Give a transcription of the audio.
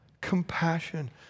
Compassion